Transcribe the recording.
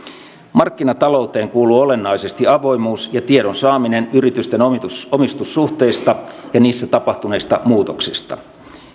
markkinatalouteen kuuluu olennaisesti avoimuus ja tiedon saaminen yritysten omistussuhteista ja niissä tapahtuneista muutoksista